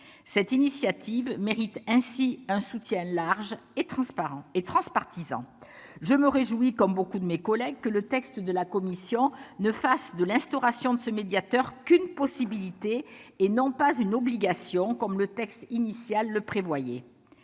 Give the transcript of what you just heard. Cette initiative mérite donc un soutien large et transpartisan. Je me réjouis, comme nombre de mes collègues, que le texte de la commission ne fasse de l'instauration de ce médiateur qu'une possibilité et non pas une obligation, comme le texte initial le prévoyait.